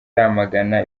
aramagana